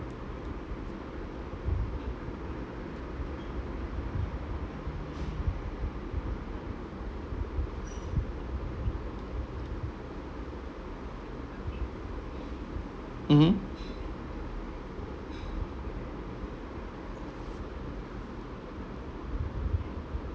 mmhmm